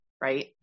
Right